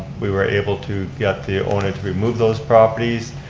we were able to get the owner to remove those properties.